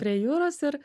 prie jūros ir